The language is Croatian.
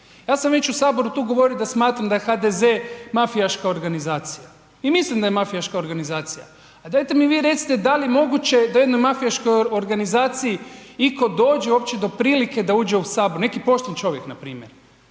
Ja sam već u Saboru tu govorio da smatram da je HDZ-e mafijaška organizacija i mislim da je mafijaška organizacija. A dajte mi vi recite da li je moguće da u jednoj mafijaškoj organizaciji itko dođe uopće do prilike da uđe u Sabor neki pošten čovjek na primjer.